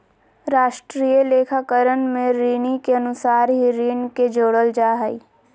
राष्ट्रीय लेखाकरण में ऋणि के अनुसार ही ऋण के जोड़ल जा हइ